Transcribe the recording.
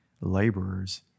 laborers